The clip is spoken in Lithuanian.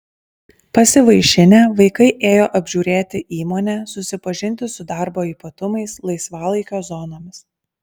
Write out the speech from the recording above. pasivaišinę vaikai ėjo apžiūrėti įmonę susipažinti su darbo ypatumais laisvalaikio zonomis